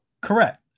Correct